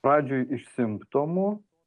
pradžioj iš simptomų